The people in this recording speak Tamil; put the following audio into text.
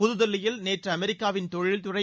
புதுதில்லியில் நேற்று அமெரிக்காவின் தொழில்துறை